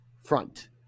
front